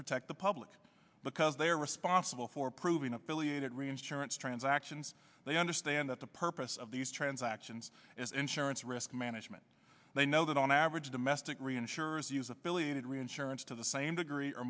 protect the public because they are responsible for approving affiliated reinsurance transactions they understand that the purpose of these transactions is insurance risk management they know that on average domestic reinsurers use affiliated reinsurance to the same degree or